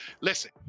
listen